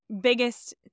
biggest